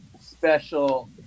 special